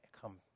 come